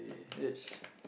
let's